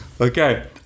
okay